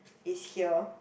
is here